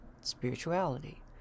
spirituality